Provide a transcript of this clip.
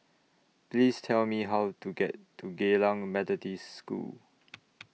Please Tell Me How to get to Geylang Methodist School